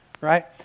Right